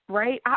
right